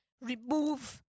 remove